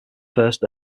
first